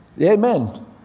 amen